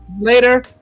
later